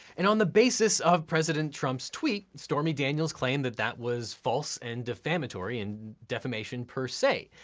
and on the basis of president trump's tweets, stormy daniels claimed that that was false and defamatory and defamation per se.